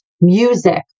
music